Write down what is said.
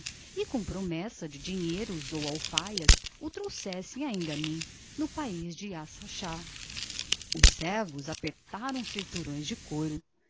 e com promessa de dinheiros ou alfaias o trouxessem a enganim no país de issacar os servos apertaram os cinturões de couro